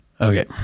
Okay